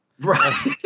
Right